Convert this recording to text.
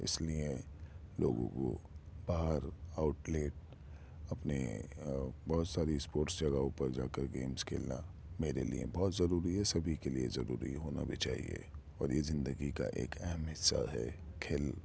اس لیے لوگوں کو باہر آؤٹلیٹ اپنے بہت ساری اسپوٹس جگہوں پر جا کر گیمس کھیلنا میرے لیے بہت ضروری ہے سبھی کے لیے ضروری ہونا بھی چاہیے اور یہ زندگی کا ایک اہم حصہ ہے کھیل